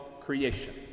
creation